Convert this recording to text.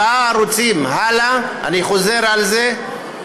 אני חוזר עליהם: